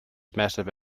massive